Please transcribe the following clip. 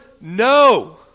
No